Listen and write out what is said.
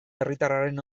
herritarraren